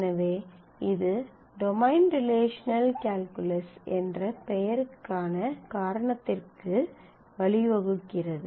எனவே இது domain relational calculus என்ற பெயருக்கான காரணத்திற்கு வழிவகுக்கிறது